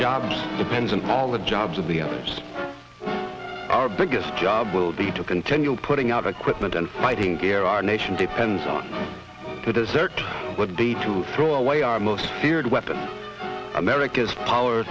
jobs depend on all the jobs of the others our biggest job will be to continue putting out equipment and fighting gear our nation depends on to desert the day to throw away our most feared weapon america's power